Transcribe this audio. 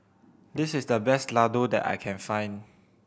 this is the best Ladoo that I can find